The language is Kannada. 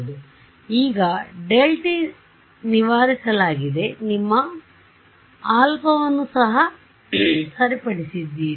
ಆದ್ದರಿಂದ ಈಗ Δt ನಿವಾರಿಸಲಾಗಿದೆ ನಿಮ್ಮ α ವನ್ನು ಸಹ ಸರಿಪಡಿಸಿದ್ದೀರಿ